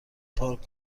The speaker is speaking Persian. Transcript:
پارک